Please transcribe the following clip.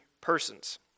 persons